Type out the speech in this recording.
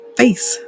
face